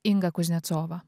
inga kuznecova